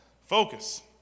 Focus